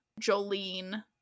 Jolene